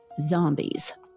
zombies